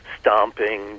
stomping